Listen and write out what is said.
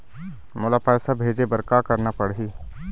मोला पैसा भेजे बर का करना पड़ही?